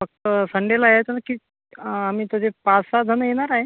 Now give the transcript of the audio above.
फक्त संडेला यायचं ना की आम्ही तसे पाच सहा जण येणार आहे